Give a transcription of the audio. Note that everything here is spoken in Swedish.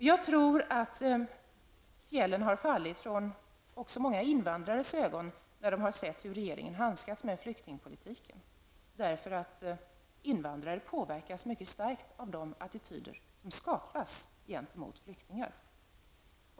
Jag tror att fjällen har fallit från många invandrares ögon när de har sett hur regeringen handskas med flyktingpolitiken. Invandrare påverkas mycket starkt av attityder som skapas gentemot flyktingar.